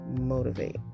motivate